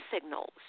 signals